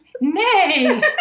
Nay